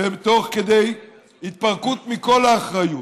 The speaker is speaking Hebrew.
ותוך כדי התפרקות מכל האחריות,